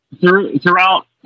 throughout